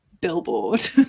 billboard